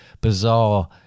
bizarre